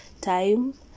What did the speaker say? time